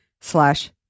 slash